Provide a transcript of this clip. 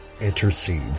Intercede